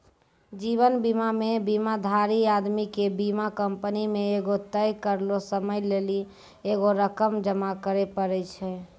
जीवन बीमा मे बीमाधारी आदमी के बीमा कंपनी मे एगो तय करलो समय लेली एगो रकम जमा करे पड़ै छै